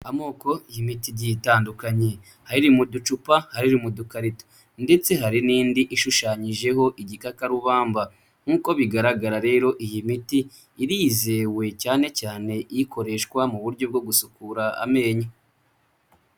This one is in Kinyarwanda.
Amoko y'imiti igiye itandukanye, hari iri mu ducupa, hari iri mu dukarito ndetse hari n'indi ishushanyijeho igikakarubamba, nk'uko bigaragara rero iyi miti irizewe cyane cyane ikoreshwa mu buryo bwo gusukura amenyo.